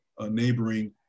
neighboring